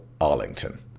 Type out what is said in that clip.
Arlington